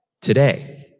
Today